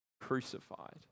crucified